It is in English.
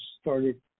started